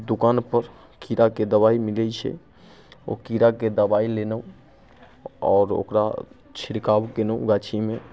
दोकानपर कीड़ाके दबाइ मिलै छै ओइ कीड़ाके दबाइ लेलहुँ आओर ओकरा छिड़काव केलहुँ गाछीमे